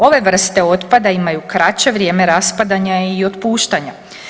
Ove vrste otpada imaju kraće vrijeme raspadanja i otpuštanja.